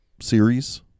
series